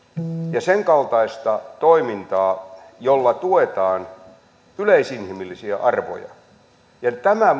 ja sen kaltaista toimintaa jolla tuetaan yleisinhimillisiä arvoja tämä